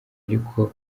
ariko